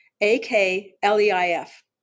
A-K-L-E-I-F